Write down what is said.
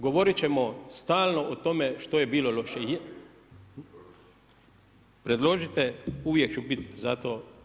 Govorit ćemo stalno o tome što je bilo loše … [[Upadica se ne čuje.]] Predložite, uvijek ću bit za to.